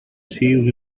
sieves